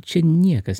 čia niekas